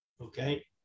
Okay